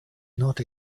not